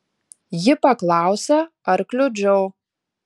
ji paklausė ar kliudžiau